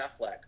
Affleck